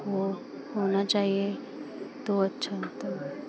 वह होना चाहिए तो अच्छा होता है